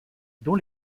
dont